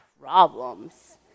problems